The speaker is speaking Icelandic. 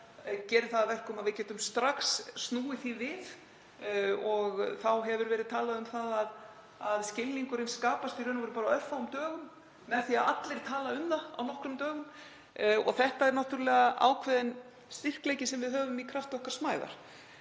gerir það að verkum að við getum strax snúið því við. Þá hefur verið talað um að skilningurinn skapast í raun og veru bara á örfáum dögum með því að allir tala um það á nokkrum dögum. Þetta er náttúrlega ákveðinn styrkleiki sem við höfum í krafti okkar smæðar.